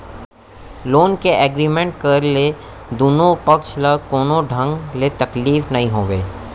loan के agreement करे ले दुनो पक्छ ल कोनो ढंग ले तकलीफ नइ होवय